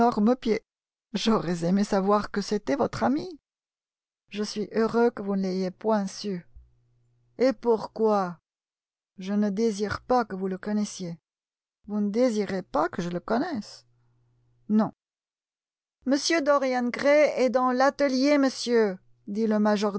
j'aurais aimé savoir que c'était votre ami je suis heureux que vous ne l'ayez point su et pourquoi je ne désire pas que vous le connaissiez vous ne désirez pas que je le connaisse non m dorian gray est dans l'atelier monsieur dit le majordome